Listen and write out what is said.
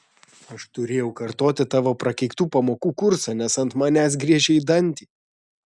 aš turėjau kartoti tavo prakeiktų pamokų kursą nes ant manęs griežei dantį